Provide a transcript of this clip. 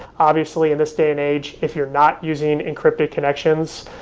obviously, in this day and age, if you're not using encrypted connections,